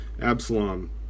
Absalom